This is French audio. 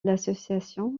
l’association